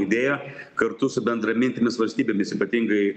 idėją kartu su bendramintėmis valstybėmis ypatingai